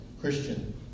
Christian